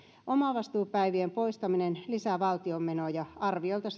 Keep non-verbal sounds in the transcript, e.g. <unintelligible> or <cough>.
omavastuupäivien poistaminen lisää valtion menoja arviolta <unintelligible>